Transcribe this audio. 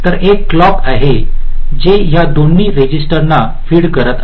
तर एक क्लॉक आहे जे या दोन्ही रजिस्टरना फीड करत आहे